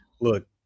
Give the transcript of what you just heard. Look